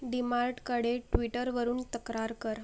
डिमार्टकडे ट्विटरवरून तक्रार कर